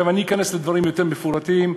עכשיו אכנס לדברים יותר מפורטים.